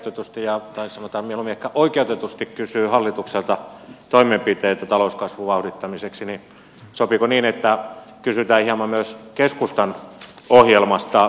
kun keskusta ihan oikeutetusti kysyy hallitukselta toimenpiteitä talouskasvun vauhdittamiseksi niin sopiiko niin että kysytään hieman myös keskustan ohjelmasta